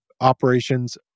operations